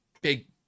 big